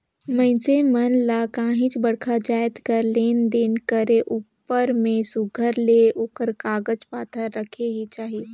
मइनसे मन ल काहींच बड़खा जाएत कर लेन देन करे उपर में सुग्घर ले ओकर कागज पाथर रखेक ही चाही